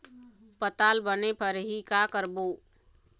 पताल बने फरही का करबो?